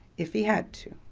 if he had to.